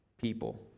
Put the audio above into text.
people